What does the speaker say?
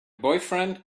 boyfriend